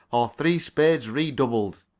or three spades re-doubled.